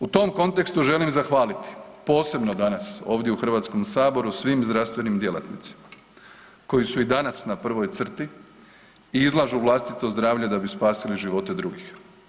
U tom kontekstu želim zahvaliti posebno danas ovdje u HS svim zdravstvenim djelatnicima koji su i danas na prvoj crti i izlažu vlastito zdravlje da bi spasili živote drugih.